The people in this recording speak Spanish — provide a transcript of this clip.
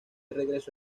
regreso